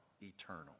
eternal